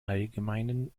allgemeinen